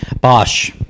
Bosch